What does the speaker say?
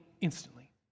instantly